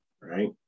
right